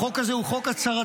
החוק הזה הוא חוק הצהרתי.